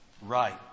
...right